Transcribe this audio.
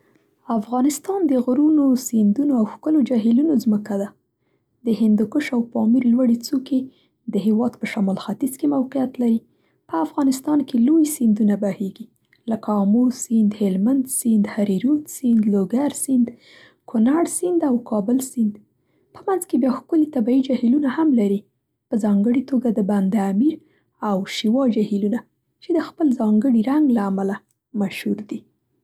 افغانستان د غرونو، سیندونو او ښکلو جهيلونو ځمکه ده. د هندوکش او پامیر لوړې څوکې د هېواد په شمال ختیځ کې موقعیت لري. په افغانستان کې لوی سیندونه بهیږي، لکه آمو سیند، هلمند سیند، هریرود سیند، لوګر سیند، کونړ سیند او کابل سیند. په منځ کې بیا ښکلي طبیعي جهيلونه هم لري، په ځانګړې توګه د بند امیر او شېوا جهيلونه چې د خپل ځانګړي رنګ له امله مشهور دي.